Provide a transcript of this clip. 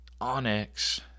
Onyx